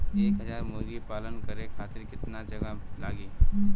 एक हज़ार मुर्गी पालन करे खातिर केतना जगह लागी?